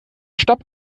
stopp